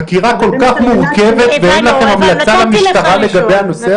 חקירה כל כך מורכבת ואין לכם המלצה למשטרה לגבי הנושא הזה?